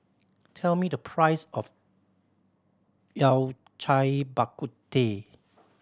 tell me the price of Yao Cai Bak Kut Teh